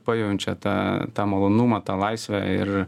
pajaučia tą tą malonumą tą laisvę ir